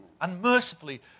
unmercifully